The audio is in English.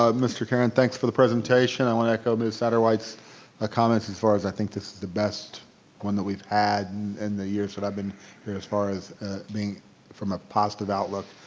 ah mr. caron, thanks for the presentation. i wanna echo ms. satterwhite's ah comments. as far as i think this is the best one that we've had in the years that i've been here as far as being from a positive outlook.